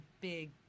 big